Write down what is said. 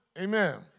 Amen